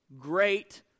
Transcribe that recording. great